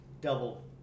double